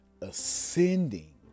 ascending